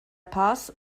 paz